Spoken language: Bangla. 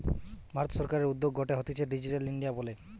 ভারত সরকারের উদ্যোগ গটে হতিছে ডিজিটাল ইন্ডিয়া বলে